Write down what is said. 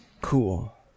Cool